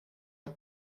het